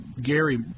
Gary